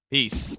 Peace